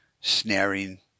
snaring